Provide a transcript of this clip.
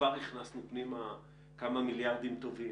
כבר הכנסנו פנימה כמה מיליארדים טובים.